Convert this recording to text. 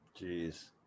Jeez